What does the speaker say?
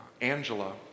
Angela